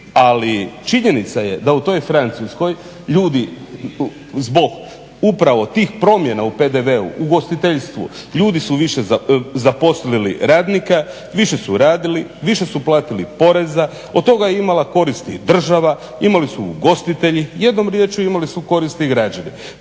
Ali činjenica je da u toj Francuskoj ljudi zbog upravo tih promjena u PDV-u, ugostiteljstvu ljudi su više zaposlili radnika, više su radili, više su platili poreza, od toga je imala korist i država, imali su ugostitelji, jednom riječju imali su koristi i građani.